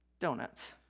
donuts